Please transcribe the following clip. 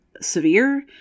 severe